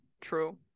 true